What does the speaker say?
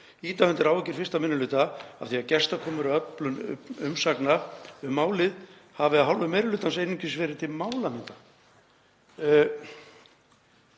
ýta undir áhyggjur 1. minni hluta af því að gestakomur og öflun umsagna um málið hafi af hálfu meiri hlutans einungis verið til málamynda.“